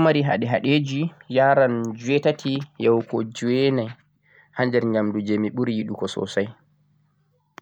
ɗon lattani wodi kaute yaran jweetati yahugo jweenai ha nder ntamdu je mi ɓuri yiɗugo